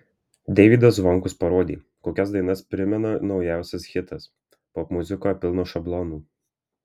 deivydas zvonkus parodė kokias dainas primena naujausias hitas popmuzikoje pilna šablonų